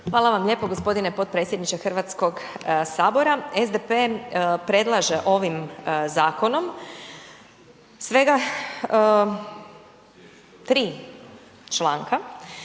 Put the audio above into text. Hvala vam lijepo gospodine potpredsjedniče Hrvatskog sabora. SDP predlaže ovim zakonom svega tri članka,